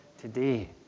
today